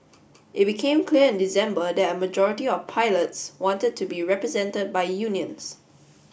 it became clear in December that a majority of pilots wanted to be represented by unions